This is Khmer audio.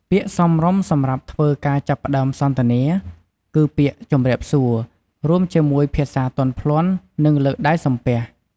ពាក្យសមរម្យសម្រាប់ធ្វើការចាប់ផ្តើមសន្ទនា គឺពាក្យ "ជម្រាបសួរ" រួមជាមួយភាសាទន់ភ្លន់ និងលើកដៃសំពះ។